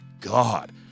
God